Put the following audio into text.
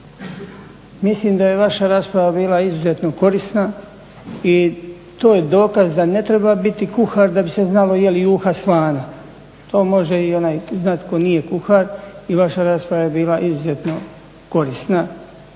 Mislim da je vaša rasprava bila izuzetno korisna i to je dokaz da ne treba biti kuhar da bi se znalo je li juha slana, to može i onaj znati tko nije kuhar i vaša rasprava je bila izuzetno korisna